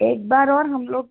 एक बार और हम लोग